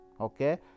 okay